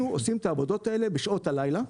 אנחנו עושים את העבודות האלה בשעות הלילה,